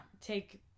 Take